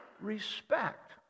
respect